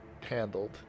handled